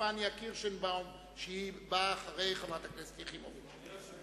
פניה קירשנבאום שהיא באה אחרי חברת הכנסת יחימוביץ.